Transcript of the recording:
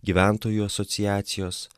gyventojų asociacijos